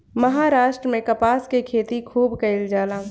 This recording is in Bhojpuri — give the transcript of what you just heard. महाराष्ट्र में कपास के खेती खूब कईल जाला